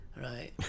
right